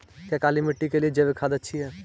क्या काली मिट्टी के लिए जैविक खाद अच्छी है?